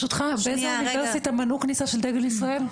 באיזו אוניברסיטה מנעו כניסה של דגל ישראל?